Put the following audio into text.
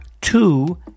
two